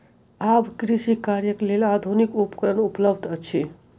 आब कृषि कार्यक लेल आधुनिक उपकरण उपलब्ध अछि